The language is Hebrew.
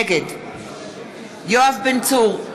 נגד יואב בן צור,